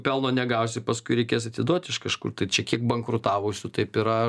pelno negausi paskui reikės atiduoti iš kažkur čia kiek bankrutavusių taip yra